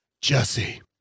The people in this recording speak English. Jesse